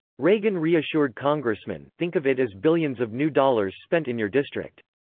reagan reassured congressman think of it as billions of new dollars spent in your district.